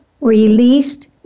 released